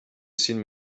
seen